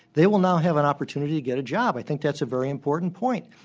they will not have an opportunity to get a job. i think that's a very important point.